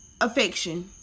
affection